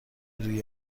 روی